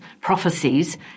prophecies